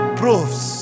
proofs